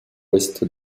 ouest